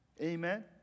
Amen